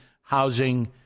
housing